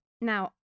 Now